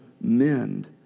mend